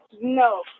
No